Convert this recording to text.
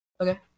Okay